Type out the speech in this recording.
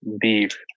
beef